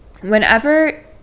whenever